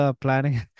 planning